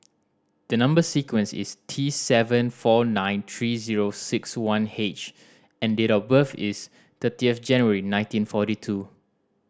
the number sequence is T seven four nine three zero six one H and date of birth is thirty of January nineteen forty two